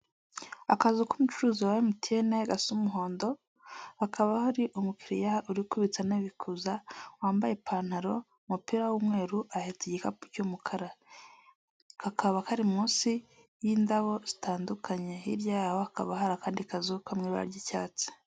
Akazu k'umucuruzi wa MTN gasa umuhondo, hakaba hari umukiriya uri kubitsa anabikuza wambaye ipantaro, umupira w'umweru, ahetse igikapu cy'umukara. Kakaba kari munsi y'indabo zitandukanye, hirya yabo hakaba hari akandi kazu ko mu ibara ry'icyatsi.